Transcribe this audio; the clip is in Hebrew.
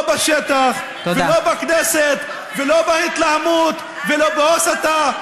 לא בשטח ולא בכנסת ולא בהתלהמות ולא בהסתה,